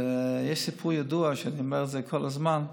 יש סיפור ידוע שאני אומר כל הזמן: